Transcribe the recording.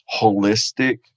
holistic